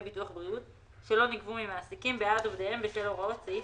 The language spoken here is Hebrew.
ביטוח בריאות שלא נגבו ממעסיקים בעד עובדיהם בשל הוראות סעיף